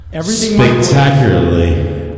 spectacularly